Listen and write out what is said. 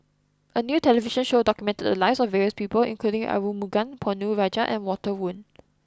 a new television show documented the lives of various people including Arumugam Ponnu Rajah and Walter Woon